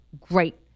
great